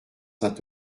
sainte